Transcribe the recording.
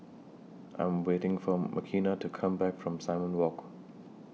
I Am waiting For Makenna to Come Back from Simon Walk